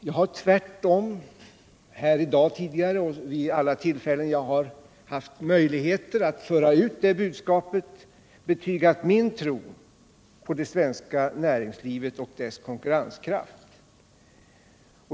Jag har tvärtom tidigare här i dag och vid alla de tillfällen då jag har haft möjligheter att föra ut det budskapet betygat min tro på det svenska näringslivet och dess konkurrenskraft.